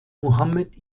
muhammad